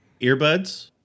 earbuds